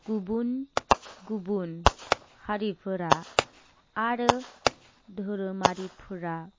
गुबुन गुबुन हारिफोरा आरो धोरोमारिफोरा